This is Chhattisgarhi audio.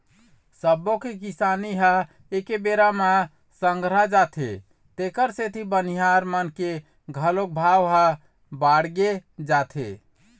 सब्बो के किसानी ह एके बेरा म संघरा जाथे तेखर सेती बनिहार मन के घलोक भाव ह बाड़गे जाथे